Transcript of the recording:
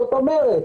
זאת אומר,